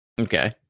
Okay